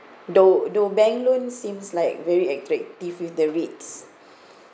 though though bank loan seems like very attractive with the rates